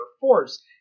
force